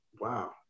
Wow